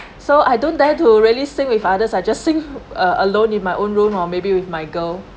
so I don't dare to really sing with others I just sing alone in my own room or maybe with my girl